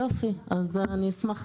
יופי, אני אשמח